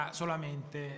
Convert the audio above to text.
solamente